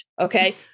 okay